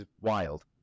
wild